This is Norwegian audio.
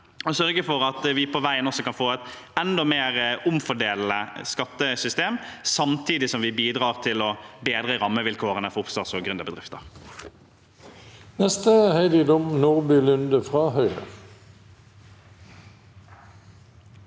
og sørge for at vi på veien også kan få et enda mer omfordelende skattesystem, samtidig som vi bidrar til å bedre rammevilkårene for oppstarts- og gründerbedrifter. Heidi Nordby Lunde (H)